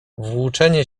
włóczenie